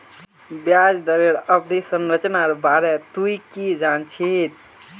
ब्याज दरेर अवधि संरचनार बारे तुइ की जान छि